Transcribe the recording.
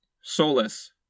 Solace